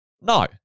no